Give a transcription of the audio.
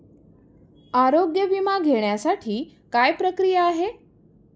आरोग्य विमा घेण्यासाठी काय प्रक्रिया आहे?